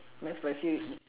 Mcspicy